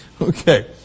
Okay